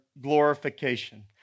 glorification